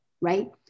right